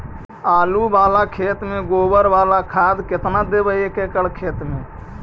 आलु बाला खेत मे गोबर बाला खाद केतना देबै एक एकड़ खेत में?